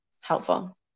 helpful